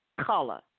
color